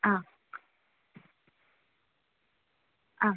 ആ ആ